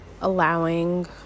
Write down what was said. allowing